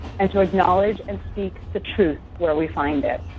and to acknowledge and speak the truth where we find it.